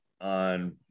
on